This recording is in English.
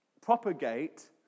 propagate